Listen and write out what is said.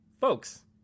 folks